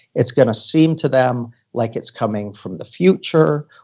it's going to seem to them like it's coming from the future,